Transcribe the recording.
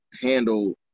handle